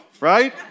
right